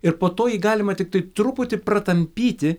ir po to jį galima tiktai truputį pratampyti